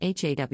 HAW